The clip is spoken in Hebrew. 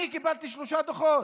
אני קיבלתי שלושה דוחות,